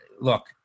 look